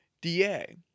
DA